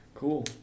Cool